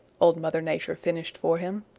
old mother nature finished for him.